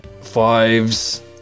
Fives